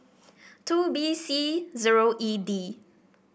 two B C zero E D